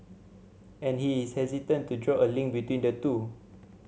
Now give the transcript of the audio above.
and he is hesitant to draw a link between the two